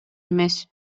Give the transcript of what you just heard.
эмес